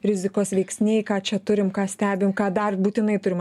rizikos veiksniai ką čia turim ką stebim ką dar būtinai turim